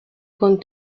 con